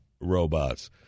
robots